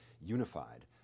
unified